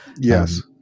Yes